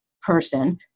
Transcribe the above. person